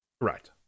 Right